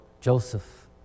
Joseph